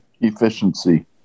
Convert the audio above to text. Efficiency